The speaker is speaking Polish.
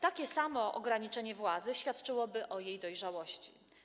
Takie samoograniczenie się władzy świadczyłoby o jej dojrzałości.